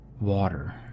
Water